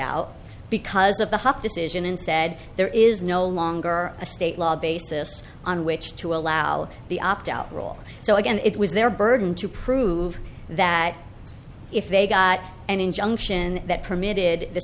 out because of the huff decision and said there is no longer a state law basis on which to allow the opt out roll so again it was their burden to prove that if they got an injunction that permitted th